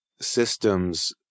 systems